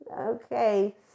Okay